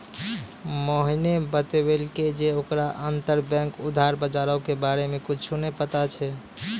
मोहने बतैलकै जे ओकरा अंतरबैंक उधार बजारो के बारे मे कुछु नै पता छै